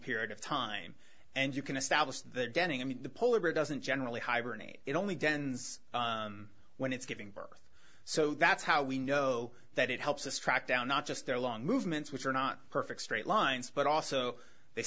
period of time and you can establish their denning i mean the polar bear doesn't generally hibernate it only dens when it's giving birth so that's how we know that it helps us track down not just their long movements which are not perfect straight lines but also they